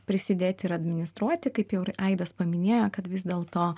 prisidėti ir administruoti kaip jau ir aidas paminėjo kad vis dėl to